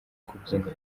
kubyina